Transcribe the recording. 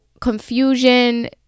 confusion